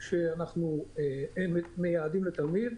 שאנחנו מייעדים לתלמיד.